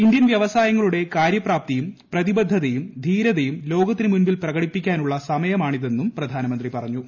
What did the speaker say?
Indian വൃവസായങ്ങളുടെ കാര്യപ്രാപ്തിയും പ്രതിബദ്ധതയും ധീരതയും ലോകത്തിന് മുൻപിൽ പ്രകടിപ്പിക്കാനുള്ള സമയമാണ് ഇതെന്നും പ്രധാനമന്ത്രി പറഞ്ഞു